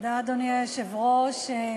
אדוני היושב-ראש,